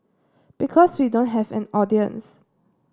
because we don't have an audience